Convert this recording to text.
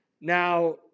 Now